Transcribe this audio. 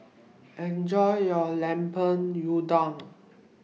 Enjoy your Lemper Udang